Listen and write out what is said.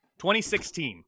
2016